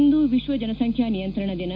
ಇಂದು ವಿಶ್ವ ಜನಸಂಖ್ಯಾ ನಿಯಂತ್ರಣ ದಿನ